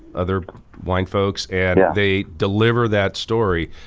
other wine folks and they deliver that story.